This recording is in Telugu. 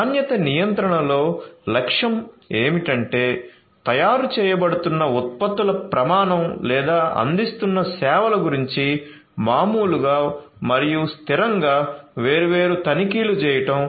నాణ్యత నియంత్రణలో లక్ష్యం ఏమిటంటే తయారు చేయబడుతున్న ఉత్పత్తుల ప్రమాణం లేదా అందిస్తున్న సేవల గురించి మామూలుగా మరియు స్థిరంగా వేర్వేరు తనిఖీలు చేయడం